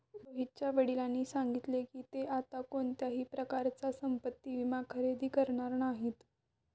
रोहितच्या वडिलांनी सांगितले की, ते आता कोणत्याही प्रकारचा संपत्ति विमा खरेदी करणार नाहीत